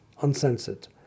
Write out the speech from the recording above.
uncensored